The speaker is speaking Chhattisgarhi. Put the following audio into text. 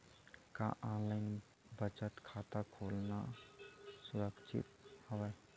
का ऑनलाइन बचत खाता खोला सुरक्षित हवय?